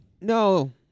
No